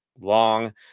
Long